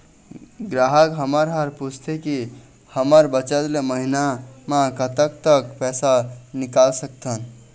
ग्राहक हमन हर पूछथें की हमर बचत ले महीना मा कतेक तक पैसा निकाल सकथन?